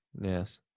Yes